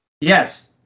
Yes